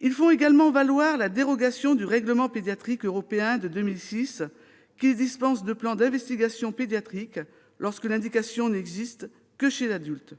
Ils font également valoir la dérogation du règlement pédiatrique européen de 2006, qui les dispense de plan d'investigation pédiatrique lorsque l'indication n'existe que chez l'adulte.